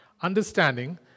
Understanding